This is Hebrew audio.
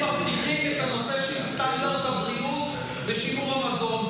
מבטיחים את הנושא של סטנדרט הבריאות לשימור המזון.